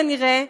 כנראה.